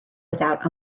without